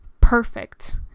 perfect